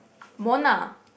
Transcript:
Mona